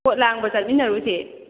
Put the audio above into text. ꯄꯣꯠꯂꯥꯡꯕ ꯆꯠꯃꯤꯟꯅꯔꯨꯁꯦ